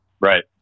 Right